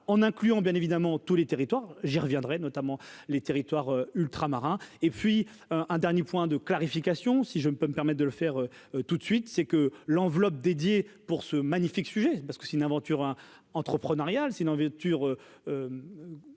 en incluant bien évidemment tous les territoires, j'y reviendrai, notamment les territoires ultramarins et puis un dernier point de clarification, si je peux me permettent de le faire tout de suite, c'est que l'enveloppe dédiée pour ce magnifique sujet parce que c'est une aventure entreprenariale sinon vêture